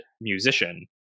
musician